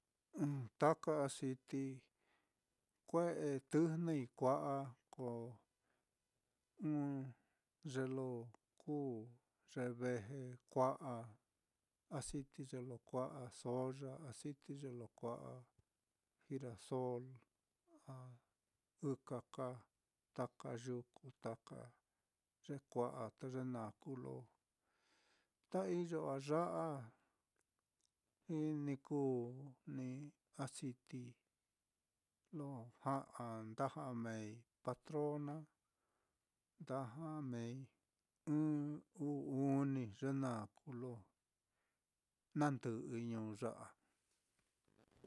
Taka aciti kue'e tɨjnɨi kua'a ko, ɨ́ɨ́n ye lo kuu ye ve a'a, aciti ye lo kua'a soya, aciti ye lo kua'a girasol, a ɨkaka taka yuku taka ye kua'a, ye ye naá kuu ye lo nda iyo á ya á, ni kuu ni aciti lo ja'a, lo nda ja'a meei patrona, nda ja'a meei, ɨ́ɨ́n, uu uni, naá kuu lo nandɨ'ɨi ñuu ya á.